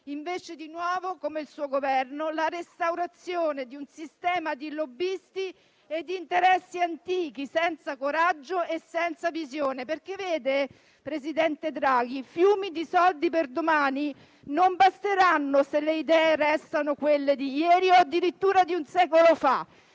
invece, di nuovo, come il suo Governo, si tratta della restaurazione di un sistema di lobbisti e interessi antichi, senza coraggio e visione. Presidente Draghi, fiumi di soldi per domani non basteranno se le idee restano quelle di ieri o addirittura di un secolo fa.